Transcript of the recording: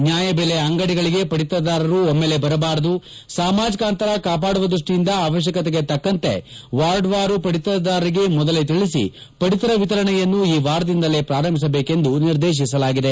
ನ್ಮಾಯಬೆಲೆ ಅಂಗಡಿಗಳಿಗೆ ಪಡಿತರದಾರರು ಒಮ್ಮೆಲೇ ಬರಬಾರದು ಸಾಮಾಜಿಕ ಅಂತರ ಕಾಪಾಡುವ ದೃಷ್ಟಿಯಿಂದ ಅವಕ್ಕಕತೆಗೆ ತಕ್ಕಂತೆ ವಾರ್ಡ್ವಾರು ಪಡಿತರದಾರರಿಗೆ ಮೊದಲೇ ತಿಳಿಸಿ ಪಡಿತರ ವಿತರಣೆಯನ್ನು ಈ ವಾರದಿಂದಲೇ ಪ್ರಾರಂಭಿಸಬೇಕೆಂದು ನಿರ್ದೇಶಿಸಲಾಗಿದೆ